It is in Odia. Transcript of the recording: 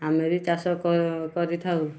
ଆମେ ବି ଚାଷ କରିଥାଉ